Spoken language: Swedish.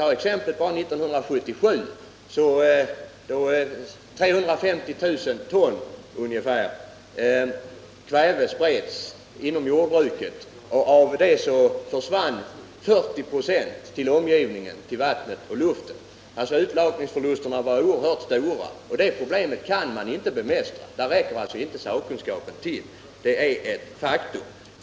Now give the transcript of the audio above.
Ta exemplet från 1977, då ungefär 350 000 ton kväve spreds inom jordbruket och 40 96 av detta kväve försvann till omgivningen, till vattnet och luften. Utlakningsförlusterna var alltså oerhört stora. Det problemet kan man inte bemästra. Där räcker alltså inte sakkunskapen till, det är ett faktum.